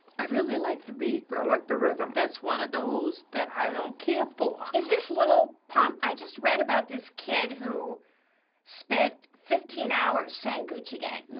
i really like the beat. but i liked the rhythm. that's one of those that i don't care for. is this lil pump? i just read about this kid who spent fifteen hours saying gucci gang.